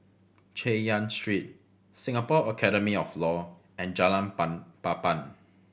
Chay Yan Street Singapore Academy of Law and Jalan Pan Papan